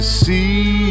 see